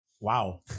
wow